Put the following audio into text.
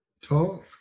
talk